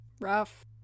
Rough